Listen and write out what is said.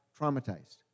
traumatized